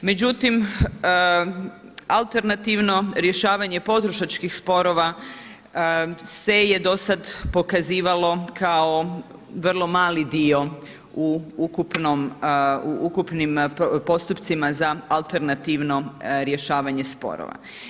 Međutim, alternativno rješavanje potrošačkih sporova se je do sada pokazivao kao vrlo mali dio u ukupnim postupcima za alternativno rješavanje sporova.